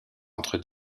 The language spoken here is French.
entre